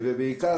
בעיקר,